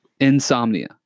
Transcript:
Insomnia